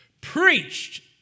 preached